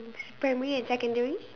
s~ primary and secondary